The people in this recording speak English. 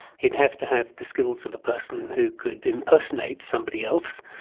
he'd have to have the skills of a person who could impersonate somebody else,